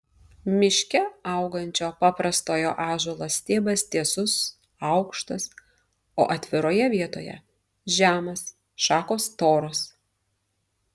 miške augančio paprastojo ąžuolo stiebas tiesus aukštas o atviroje vietoje žemas šakos storos